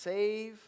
Save